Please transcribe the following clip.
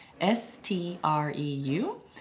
S-T-R-E-U